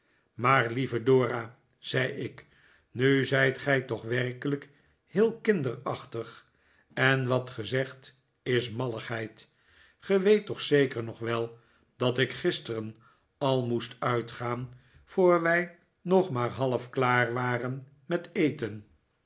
maar lieve dora zei ik nu zijt gij toch werkelijk heel kinderachtig en wat ge zegt is malligheid ge weet toch zeker nog wel dat ik gisteren al moest uitgaan voor wij nog maar half klaar waren met eten